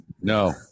No